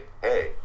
hey